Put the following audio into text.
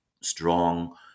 strong